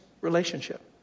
relationship